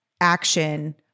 action